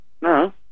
No